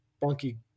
bunky